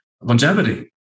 Longevity